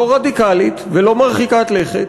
לא רדיקלית ולא מרחיקת לכת: